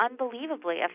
unbelievably